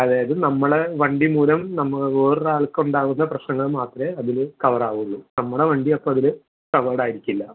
അതായത് നമ്മൾ വണ്ടി മൂലം വേറൊരാൾക്കൊണ്ടാവുന്ന പ്രശ്നങ്ങൾ മാത്രമേ അതിൽ കവറാവുള്ളു നമ്മുടെ വണ്ടി അപ്പോൾ അതിൽ കോവേഡാരിക്കില്ല